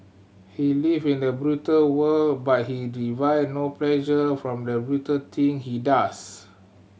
he live in a brutal world but he derive no pleasure from the brutal thing he does